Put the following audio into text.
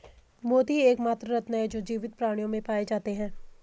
मोती ही एकमात्र रत्न है जो जीवित प्राणियों में पाए जाते है